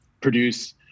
produce